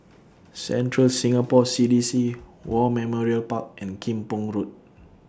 Central Singapore C D C War Memorial Park and Kim Pong Road